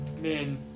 Man